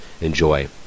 Enjoy